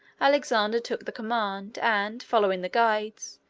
alexander took the command, and, following the guides,